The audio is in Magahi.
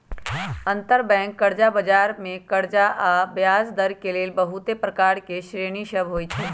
अंतरबैंक कर्जा बजार मे कर्जा आऽ ब्याजदर के लेल बहुते प्रकार के श्रेणि सभ होइ छइ